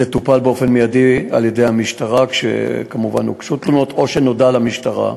וזה טופל באופן מיידי על-ידי המשטרה כשהוגשו תלונות או כשנודע למשטרה.